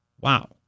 Wow